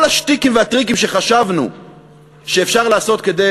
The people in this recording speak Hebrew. כל השטיקים והטריקים שחשבנו שאפשר לעשות כדי